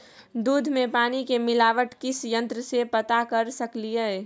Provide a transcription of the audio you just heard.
दूध में पानी के मिलावट किस यंत्र से पता कर सकलिए?